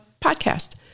podcast